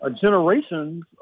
generations